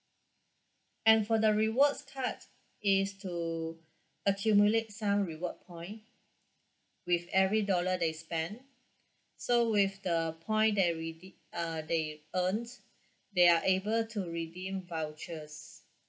and for the rewards card is to accumulate some reward point with every dollar they spent so with the point they redeem uh they earned they are able to redeem vouchers